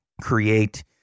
create